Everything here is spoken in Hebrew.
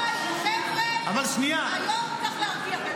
--- די, חבר'ה, היום צריך להרגיע.